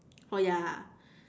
oh ya